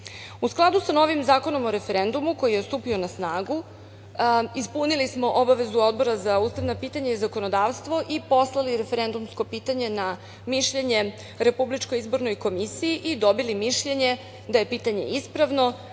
skladu sa novim Zakonom o referendumu koji je stupio na snagu, ispunili smo obavezu Odbora za ustavna pitanja i zakonodavstvo i poslali referendumsko pitanje na mišljenje RIK i dobili mišljenje da je pitanje ispravno